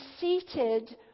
seated